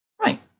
Right